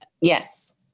Yes